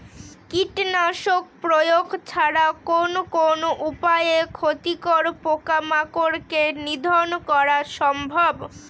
কীটনাশক প্রয়োগ ছাড়া কোন কোন উপায়ে ক্ষতিকর পোকামাকড় কে নিধন করা সম্ভব?